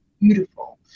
beautiful